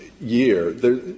year